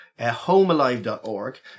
homealive.org